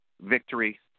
victory